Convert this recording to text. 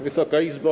Wysoka Izbo!